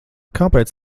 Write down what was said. kāpēc